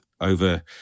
over